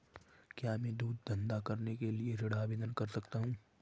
क्या मैं दूध का धंधा करने के लिए ऋण आवेदन कर सकता हूँ?